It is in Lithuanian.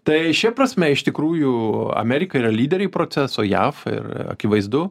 tai šia prasme iš tikrųjų amerika yra lyderiai proceso jav ir akivaizdu